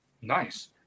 nice